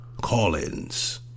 call-ins